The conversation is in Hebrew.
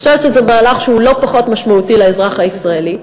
אני חושבת שזה מהלך שהוא לא פחות משמעותי לאזרח הישראלי.